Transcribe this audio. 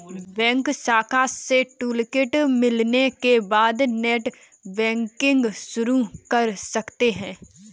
bank शाखा से toolkit मिलने के बाद नेटबैंकिंग शुरू कर सकते है